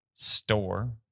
Store